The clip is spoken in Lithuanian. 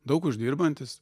daug uždirbantis